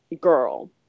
girl